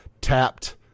tapped